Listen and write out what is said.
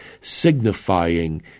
signifying